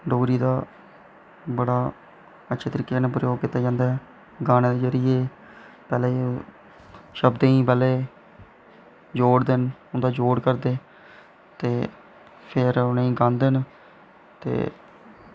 डोगरी दा बड़ा अच्छे तरीके कन्नै परयोग कीता जंदा ऐ गाने दे जरियै पैह्लें ओह् शब्दें गी पैह्लें जोड़दे न जोड़ करदे ते फिर उनेंगी गांदे न ते